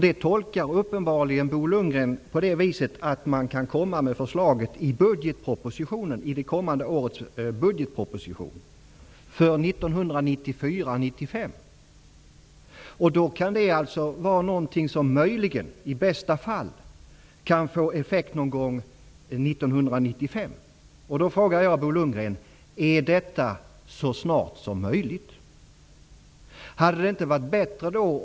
Det tolkar uppenbarligen Bo Lundgren på det viset att man kan komma med förslaget i det kommande årets budgetproposition, dvs. 1994/95. Det kan då möjligen i bästa fall få effekt någon gång 1995. Jag frågar då Bo Lundgren om detta är vad som menas med ''så snart som möjligt''?